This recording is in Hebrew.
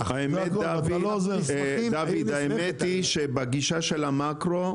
דוד, האמת היא, שבגישה של המאקרו,